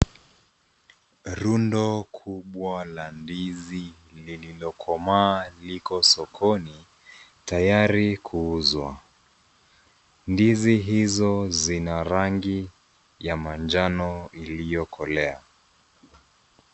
Rundo kubwa la ndizi lililokomaa liko sokoni tayari kuuzwa. Ndizi hizo zina rangi ya manjano iliyokolea.